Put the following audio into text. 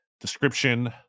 description